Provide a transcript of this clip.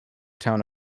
town